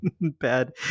bad